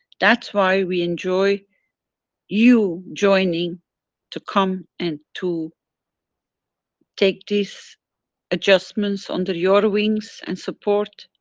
that's why we enjoy you joining to come and to take this adjustments under your wings and support,